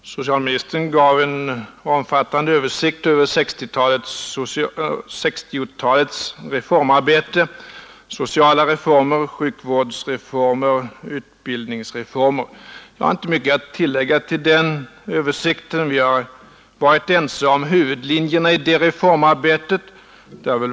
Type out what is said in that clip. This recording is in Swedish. Herr talman! Socialministern gav en omfattande översikt över 1960-talets reformarbete: sociala reformer, sjukvårdsreformer, utbildningsreformer. Jag har inte mycket att tillägga till den översikten. Vi har i stort sett varit ense om huvudlinjerna i det reformarbetet.